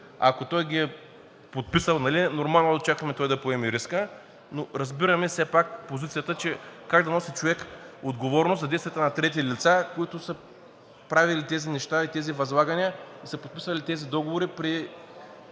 ако той ги е подписал, е нормално да чакаме да поеме риска, но разбираме все пак позицията – как да носи човек отговорност за действията на трети лица, които са правили тези неща, тези възлагания, и са подписали тези договори при